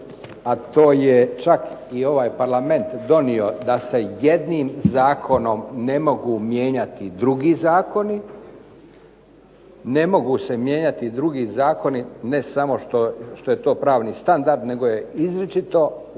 a to je čak i ovaj Parlament donio da se jednim zakonom ne mogu mijenjati drugi zakoni. Ne mogu se mijenjati drugi zakoni, ne samo što je to pravni standard nego je izričito